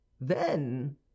Then